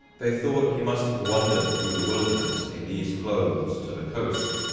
they thought he must have wandered through the wilderness in these clothes to the coast,